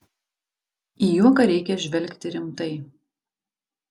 į juoką reikia žvelgti rimtai